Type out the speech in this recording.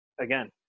again